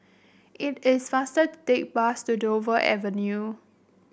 it is faster to take the bus to Dover Avenue